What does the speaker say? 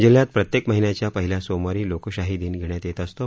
जिल्ह्यात प्रत्येक महिन्याच्या पहिल्या सोमवारी लोकशाही दिन घेण्यात येत असतो